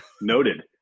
Noted